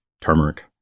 Turmeric